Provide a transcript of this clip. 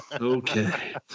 okay